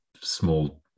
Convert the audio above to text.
small